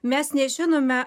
mes nežinome